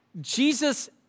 Jesus